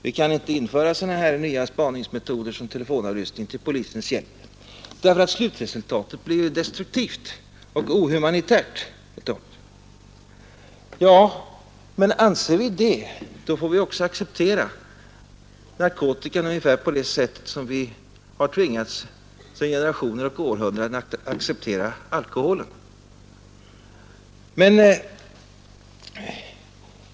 Vi kan inte införa sådana nya spaningsmetoder som telefonavlyssning till polisens hjälp därför att slutresultatet blir destruktivt och inhumanitärt. Men anser vi det får vi också acceptera narkotikan ungefär på samma sätt som vi under generationer och århundraden har tvingats att acceptera alkoholen.